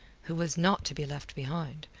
who was not to be left behind.